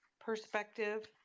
perspective